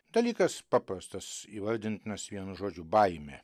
dalykas paprastas įvardintinas vienu žodžiu baimė